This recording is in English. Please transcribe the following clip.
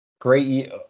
Great